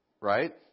right